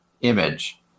image